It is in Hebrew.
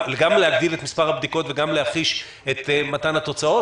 גם להגדיל את מספר הבדיקות וגם להחיש את מתן התוצאות,